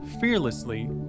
fearlessly